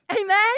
Amen